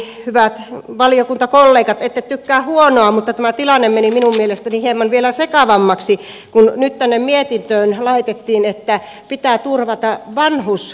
toivottavasti hyvät valiokuntakollegat ette tykkää huonoa mutta tämä tilanne meni minun mielestäni vielä hieman sekavammaksi kun nyt tänne mietintöön laitettiin että pitää turvata vanhusjärjestöjen asema